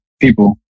people